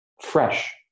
fresh